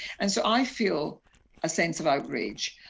and so i feel a sense of outrage,